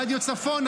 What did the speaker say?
רדיו צפון,